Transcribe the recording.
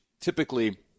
typically